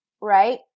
right